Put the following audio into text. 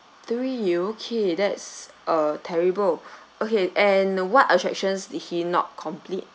three okay that's uh terrible okay and what attractions he not complete